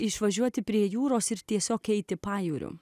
išvažiuoti prie jūros ir tiesiog eiti pajūriu